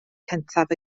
cyntaf